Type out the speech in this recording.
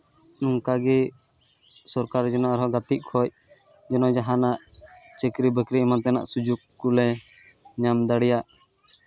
ᱱᱚᱝᱠᱟ ᱜᱮ ᱥᱚᱨᱠᱟᱨ ᱡᱮᱱᱚ ᱟᱨ ᱦᱚᱸ ᱜᱟᱛᱮᱜ ᱠᱷᱚᱡ ᱡᱮᱱᱚ ᱡᱟᱦᱟᱱᱟᱜ ᱪᱟᱹᱠᱨᱤ ᱵᱟᱹᱠᱨᱤ ᱮᱢᱟᱱ ᱛᱮᱱᱟᱜ ᱥᱩᱡᱳᱜᱽ ᱠᱚᱞᱮ ᱧᱟᱢ ᱫᱟᱲᱮᱭᱟᱜ